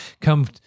come